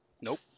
Nope